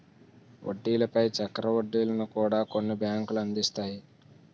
వడ్డీల పై చక్ర వడ్డీలను కూడా కొన్ని బ్యాంకులు అందిస్తాయి